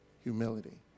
humility